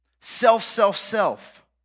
self-self-self